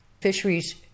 Fisheries